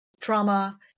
trauma